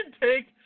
take